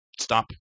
stop